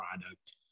product